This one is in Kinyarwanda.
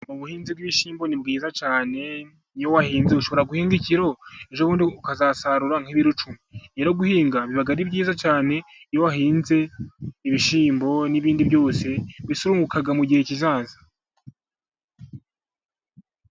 Ubuhimzi bw'ibishyimbo ni bwiza cyane, iyo wahinze. Ushobora guhinga ikiro, ejobundi ukazasarura nk'ibiro icumi. Rero guhinga biba ari byiza cyane, iyo wahinze ibishyimbo n'ibindi byose, mbese urunguka mu gihe kizaza.